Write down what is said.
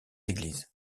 églises